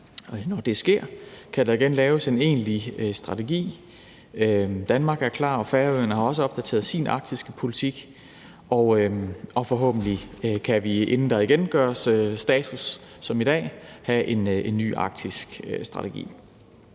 når det sker, kan der igen laves en egentlig strategi. Danmark er klar, og Færøerne har også opdateret sin arktiske politik, og forhåbentlig kan vi, inden der igen gøres status som i dag, have en ny arktisk strategi.